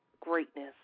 greatness